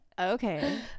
Okay